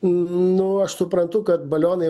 nu aš suprantu kad balionai